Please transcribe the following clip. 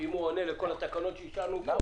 אם הוא עונה לכל התקנות שאישרנו פה.